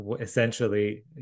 essentially